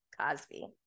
Cosby